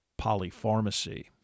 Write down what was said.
polypharmacy